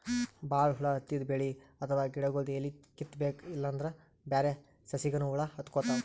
ಭಾಳ್ ಹುಳ ಹತ್ತಿದ್ ಬೆಳಿ ಅಥವಾ ಗಿಡಗೊಳ್ದು ಎಲಿ ಕಿತ್ತಬೇಕ್ ಇಲ್ಲಂದ್ರ ಬ್ಯಾರೆ ಸಸಿಗನೂ ಹುಳ ಹತ್ಕೊತಾವ್